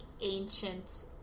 ancient